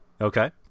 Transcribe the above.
okay